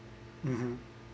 mmhmm